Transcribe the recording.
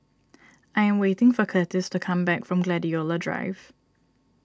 I am waiting for Curtis to come back from Gladiola Drive